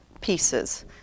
pieces